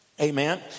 amen